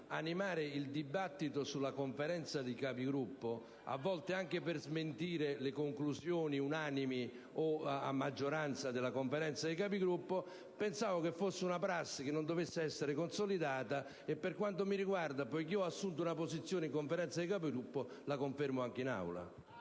animare il dibattito sulla Conferenza dei Capigruppo a volte anche per smentire le conclusioni assunte unanimemente o a maggioranza dalla Conferenza stessa. Pensavo fosse una prassi che non dovesse essere consolidata e, per quanto mi riguarda, poiché ho assunto una posizione in Conferenza dei Capigruppo, la confermo anche in Aula.